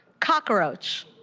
cockroach.